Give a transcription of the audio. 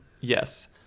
Yes